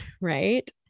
right